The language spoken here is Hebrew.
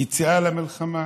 יציאה למלחמה